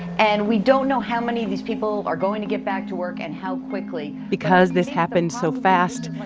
and we don't know how many of these people are going to get back to work and how quickly. because this happened so fast,